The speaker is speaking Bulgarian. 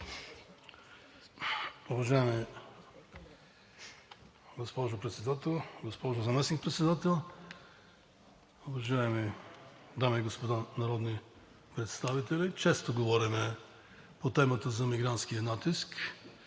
Уважаема госпожо Председател, госпожо Заместник-председател, уважаеми дами и господа народни представители! Често говорим по темата за мигрантския натиск